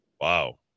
Wow